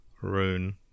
rune